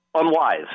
unwise